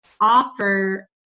offer